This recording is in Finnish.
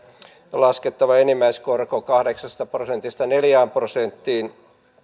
laskettava enimmäiskorko kahdeksasta prosentista neljään prosenttiin